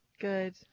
Good